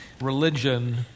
Religion